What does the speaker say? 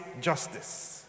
justice